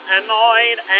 annoyed